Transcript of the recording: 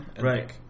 Right